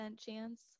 chance